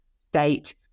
state